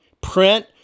print